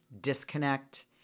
disconnect